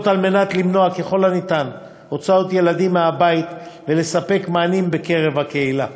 כדי למנוע ככל האפשר הוצאת ילדים מהבית ולתת מענה בקהילה.